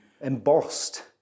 embossed